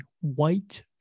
white